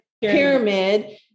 pyramid